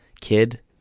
kid